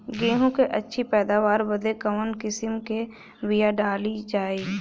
गेहूँ क अच्छी पैदावार बदे कवन किसीम क बिया डाली जाये?